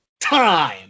Time